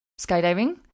skydiving